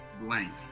blank